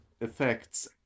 effects